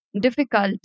difficult